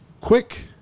quick